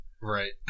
Right